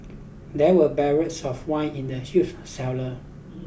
there were barrels of wine in the huge cellar